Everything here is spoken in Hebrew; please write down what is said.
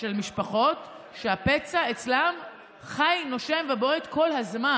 של משפחות שהפצע אצלן חי, נושם ובועט כל הזמן.